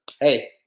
hey